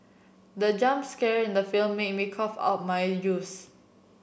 the jump scare in the film made my cough out my use